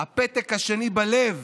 והפתק השני בלב,